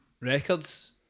records